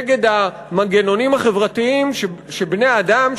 נגד המנגנונים החברתיים שבני האדם,